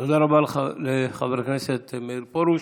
תודה רבה לך, חבר הכנסת פרוש.